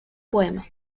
poema